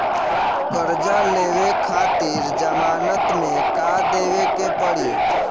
कर्जा लेवे खातिर जमानत मे का देवे के पड़ी?